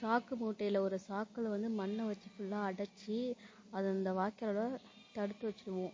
சாக்கு மூட்டையில் ஒரு சாக்கில் வந்து மண்ணை வச்சு ஃபுல்லாக அடைச்சி அதை அந்த வாய்க்காலோட தடுத்து வச்சுருவோம்